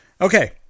Okay